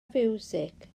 fiwsig